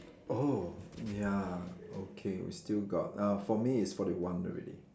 oh ya okay we still got uh for me it's forty one already